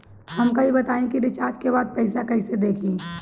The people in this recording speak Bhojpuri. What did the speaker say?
हमका ई बताई कि रिचार्ज के बाद पइसा कईसे देखी?